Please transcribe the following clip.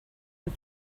and